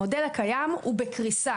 המודל הקיים הוא בקריסה